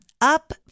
Up